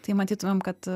tai matytumėm kad